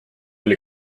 oli